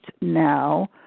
now